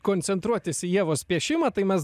koncentruotis į ievos piešimą tai mes